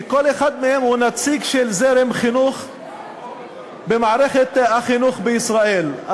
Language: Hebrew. כי כל אחד מהם הוא נציג של זרם חינוך במערכת החינוך בישראל.